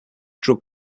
drug